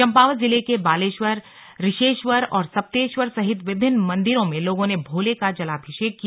चंपावत जिले के बालेश्वर रिशेश्वर और सप्तेश्वर सहित विभिन्न मंदिरों में लोगों ने भोले का जलाभिषेक किया